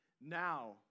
now